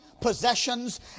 possessions